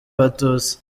abatutsi